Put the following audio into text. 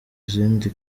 izindi